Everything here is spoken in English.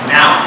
Now